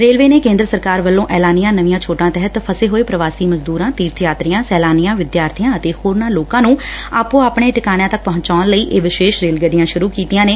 railway ਨੇ ਕੇਾਂਦਰ ਸਰਕਾਰ ਵੱਲੋਂ ਐਲਾਨੀਆਂ ਨਵੀਆਂ ਛੋਟਾਂ ਤਹਿਤ ਫਸੇ ਹੋਏ ਪ੍ਰਵਾਸੀ ਮਜ਼ਦੁਰਾਂ ਤੀਰਥ ਯਾਤਰੀਆਂ ਸੈਲਾਨੀਆਂ ਵਿਦਿਆਰਥੀਆਂ ਅਤੇ ਹੋਰਨਾਂ ਲੋਕਾਂ ਨੂੰ ਆਪੋ ਆਪਣੇ ਟਿਕਾਣਿਆ ਤੱਕ ਪਹੁੰਚਾਣ ਲਈ ਇਹ ਵਿਸ਼ੇਸ਼ ਰੇਲ ਗੱਡੀਆ ਸੁਰੁ ਕੀਤੀਆ ਨੇ